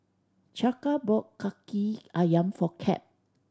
Chaka bought Kaki Ayam for Cap